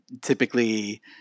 typically